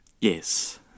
Yes